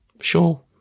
Sure